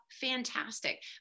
fantastic